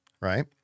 right